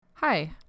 Hi